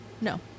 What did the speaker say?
No